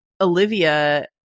olivia